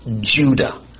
Judah